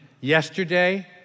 yesterday